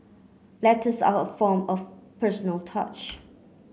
letters are a form of personal touch